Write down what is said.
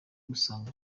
gusanga